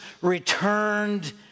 returned